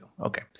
Okay